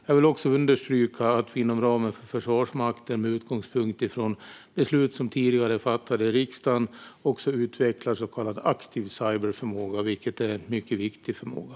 Jag vill understryka att vi inom ramen för Försvarsmakten och med utgångspunkt i beslut som tidigare fattats i riksdagen också utvecklar så kallad aktiv cyberförmåga, vilket är en mycket viktig förmåga.